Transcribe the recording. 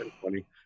funny